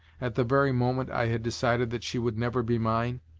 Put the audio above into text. at the very moment i had decided that she would never be mine?